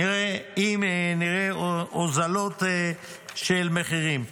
אם נראה הוזלות של מחירים.